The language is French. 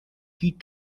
des